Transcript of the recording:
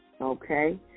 Okay